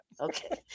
Okay